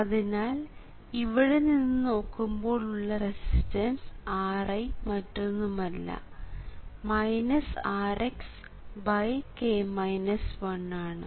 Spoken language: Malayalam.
അതിനാൽ ഇവിടെ നിന്ന് നോക്കുമ്പോൾ ഉള്ള റെസിസ്റ്റൻസ് Ri മറ്റൊന്നുമല്ല Rx ആണ്